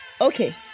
okay